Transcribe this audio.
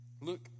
Look